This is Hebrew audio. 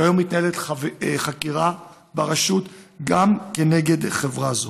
כיום מתנהלת חקירה ברשות גם כנגד חברה זו.